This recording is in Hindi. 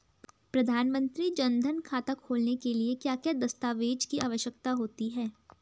प्रधानमंत्री जन धन खाता खोलने के लिए क्या क्या दस्तावेज़ की आवश्यकता होती है?